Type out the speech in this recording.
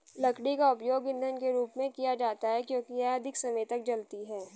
लकड़ी का उपयोग ईंधन के रूप में किया जाता है क्योंकि यह अधिक समय तक जलती है